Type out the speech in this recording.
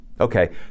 Okay